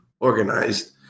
organized